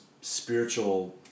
spiritual